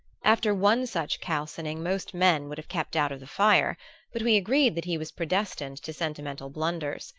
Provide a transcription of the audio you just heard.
after one such calcining most men would have kept out of the fire but we agreed that he was predestined to sentimental blunders,